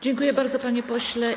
Dziękuję bardzo, panie pośle.